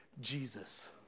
Jesus